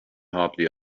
hardly